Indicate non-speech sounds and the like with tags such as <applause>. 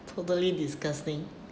<noise> totally disgusting